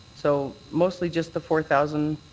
so mostly just the four thousand